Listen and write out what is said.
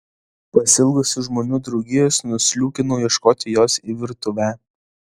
pasiilgusi žmonių draugijos nusliūkinau ieškoti jos į virtuvę